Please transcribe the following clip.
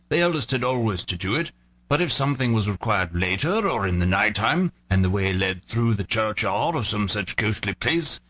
the eldest had always to do it but if something was required later or in the night-time, and the way led through the churchyard or some such ghostly place,